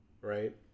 right